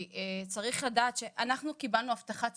כי צריך לדעת שאנחנו קיבלנו הבטחה ציבורית.